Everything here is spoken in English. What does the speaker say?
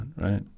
right